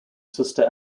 sister